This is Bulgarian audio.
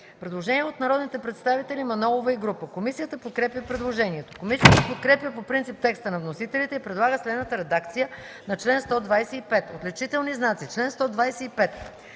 предложение от народните представители Мая Манолова и група. Комисията подкрепя предложението. Комисията подкрепя по принцип текста на вносителите и предлага следната редакция на чл. 142: „Проверка на списъците.